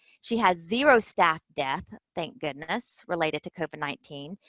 she has zero staff death, thank goodness, related to covid nineteen.